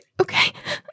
okay